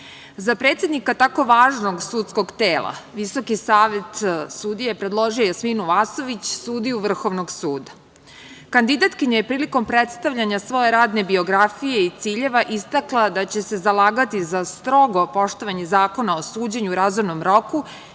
predsednika tako važnog sudskog tela Visoki savet sudija je predložio Jasminu Vasović, sudiju Vrhovnog suda. Kandidatkinja je prilikom predstavljanja svoje radne biografije i ciljeva istakla da će se zalagati za strogo poštovanje zakona o suđenju u razumnom roku,